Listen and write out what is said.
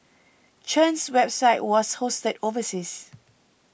Chen's website was hosted overseas